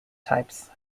types